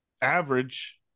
average